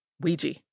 Ouija